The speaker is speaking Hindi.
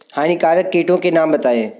हानिकारक कीटों के नाम बताएँ?